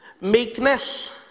Meekness